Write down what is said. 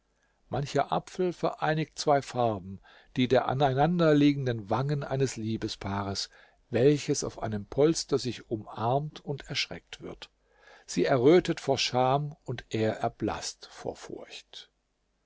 mancher apfel vereinigt zwei farben die der aneinanderliegenden wangen eines liebespaares welches auf einem polster sich umarmt und erschreckt wird sie errötet vor scham und er erblaßt vor furcht